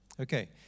Okay